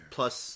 Plus